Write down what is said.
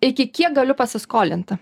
iki kiek galiu pasiskolinti